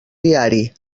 diari